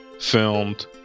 filmed